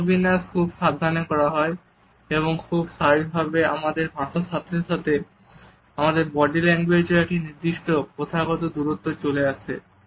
বাক্যবিন্যাস খুব সাবধানে করা হয় এবং খুব স্বাভাবিকভাবে আমাদের ভাষার সাথে সাথে আমাদের বডি ল্যাঙ্গুয়েজেও একটি নির্দিষ্ট প্রথাগত দূরত্ব চলে আসে